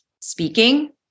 speaking